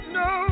no